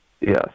Yes